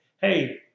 hey